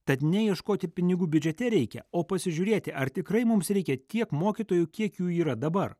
tad ne ieškoti pinigų biudžete reikia o pasižiūrėti ar tikrai mums reikia tiek mokytojų kiek jų yra dabar